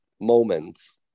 moments